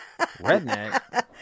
Redneck